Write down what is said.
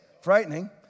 Frightening